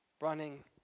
Running